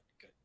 good